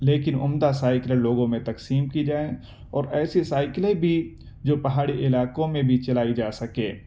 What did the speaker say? لیکن عمدہ سائیکل لوگوں میں تقسیم کی جائیں اور ایسی سائیکلیں بھی جو پہاڑی علاقوں میں بھی چلائی جا سکے